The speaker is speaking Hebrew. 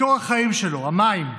מקור החיים שלו, המים.